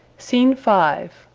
scene five.